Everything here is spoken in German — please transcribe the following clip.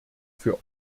für